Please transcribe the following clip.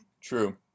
True